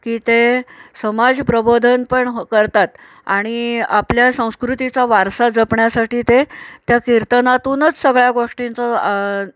की ते समाज प्रबोधन पण करतात आणि आपल्या संस्कृतीचा वारसा जपण्यासाठी ते त्या कीर्तनातूनच सगळ्या गोष्टींचं